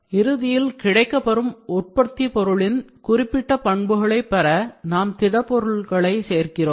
இறுதியில் கிடைக்கப்பெறும் உற்பத்தி பொருளின் குறிப்பிட்ட பண்புகளை பெற நாம் திடப் பொருட்களை சேர்க்கிறோம்